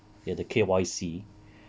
you have to K_Y_C